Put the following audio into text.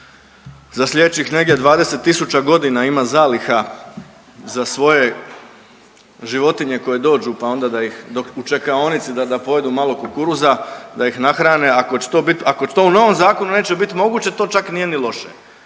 za slijedećih negdje 20 tisuća godina ima zaliha za svoje životinje koje dođu pa onda da ih, dok u čekaonici da pojedu malo kukuruza, da ih nahrane, ako će to bit, ako to u novom zakonu neće biti moguće to čak nije ni loše.